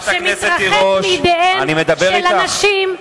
שמתרחק מידיהן של הנשים,